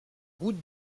route